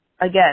Again